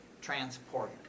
transport